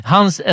Hans